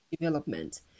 development